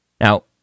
Now